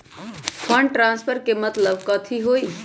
Fund transfer के मतलब कथी होई?